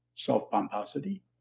Self-pomposity